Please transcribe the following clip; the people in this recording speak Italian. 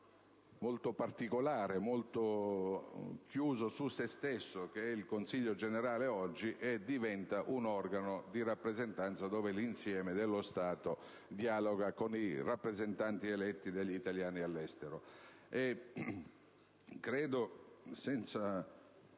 molto particolare e chiuso in sé stesso (come è oggi), diventerà un organo di rappresentanza dove l'insieme dello Stato dialoga con i rappresentanti eletti degli italiani all'estero.